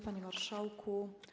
Panie Marszałku!